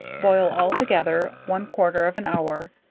boil all together one quarter of an hour,